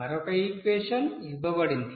మరొక ఈక్వెషన్ ఇవ్వబడింది